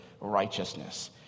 righteousness